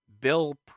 Bill